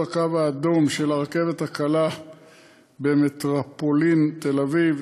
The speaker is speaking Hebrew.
"הקו האדום" של הרכבת הקלה במטרופולין תל-אביב,